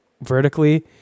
vertically